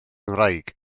ngwraig